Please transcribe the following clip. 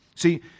See